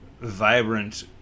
vibrant